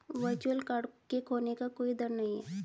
virtual card के खोने का कोई दर नहीं है